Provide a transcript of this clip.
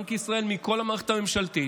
מבנק ישראל ומכל המערכת הממשלתית,